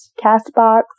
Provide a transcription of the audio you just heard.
CastBox